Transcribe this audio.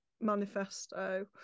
manifesto